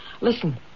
Listen